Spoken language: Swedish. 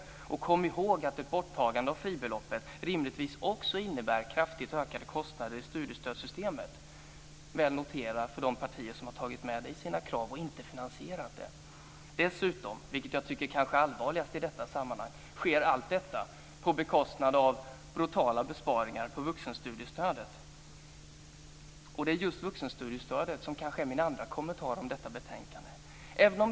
Kom ihåg att ett borttagande av fribeloppet rimligtvis också innebär kraftigt ökade kostnader i studiestödssystemet. Det är något att notera för de partier som har tagit med det i sina krav och inte finansierat det. Det som kanske är allvarligast är att det sker genom brutala besparingar på vuxenstudiestödet. Min andra kommentar om detta betänkande har att göra med just vuxenstudiestödet.